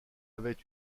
avait